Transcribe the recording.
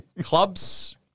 clubs –